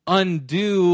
undo